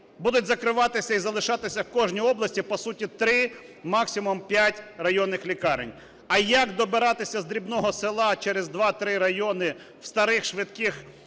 будуть закриватися і залишатися в кожній області по суті три, максимум п'ять районних лікарень. А як добиратися з дрібного села через два-три райони в старих швидких машинах